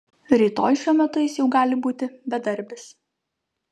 rytoj šiuo metu jis jau gali būti bedarbis